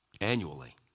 annually